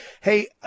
Hey